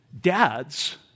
dads